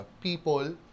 people